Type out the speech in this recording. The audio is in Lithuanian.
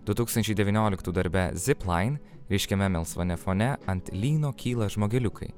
du tūkstančiai devynioliktų darbe zipline ryškiame melsvame fone ant lyno kyla žmogeliukai